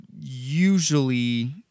usually